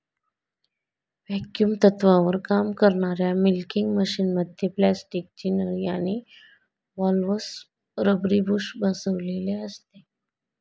vacuum तत्त्वावर काम करणाऱ्या मिल्किंग मशिनमध्ये प्लास्टिकची नळी आणि व्हॉल्व्हसह रबरी बुश बसविलेले असते